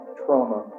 trauma